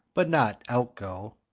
but not out-go.